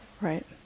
Right